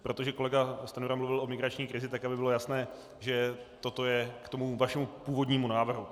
Protože kolega Stanjura mluvil o migrační krizi, tak aby bylo jasné, že toto je k vašemu původnímu návrhu.